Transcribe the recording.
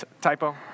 Typo